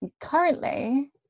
Currently